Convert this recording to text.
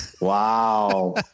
Wow